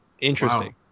interesting